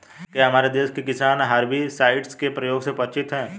क्या हमारे देश के किसान हर्बिसाइड्स के प्रयोग से परिचित हैं?